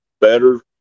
better